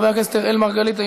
חבר הכנסת אראל מרגלית,